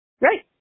Right